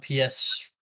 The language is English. PS